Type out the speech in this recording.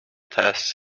tests